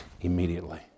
immediately